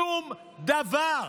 שום דבר.